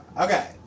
Okay